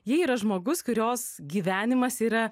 ji yra žmogus kurios gyvenimas yra